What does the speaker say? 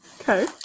okay